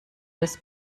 des